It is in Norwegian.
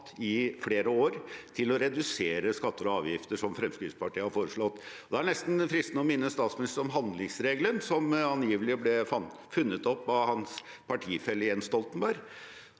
i flere år, til å redusere skatter og avgifter, som Fremskrittspartiet har foreslått. Da er det nesten fristende å minne statsministeren om handlingsregelen, som angivelig ble funnet opp av hans partifelle Jens Stoltenberg.